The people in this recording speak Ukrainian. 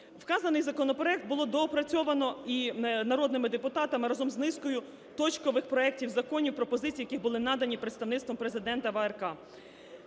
Вказаний законопроект було доопрацьовано і народними депутатами, разом з низкою точкових проектів законів, пропозицій, які були надані Представництвом Президента в АРК,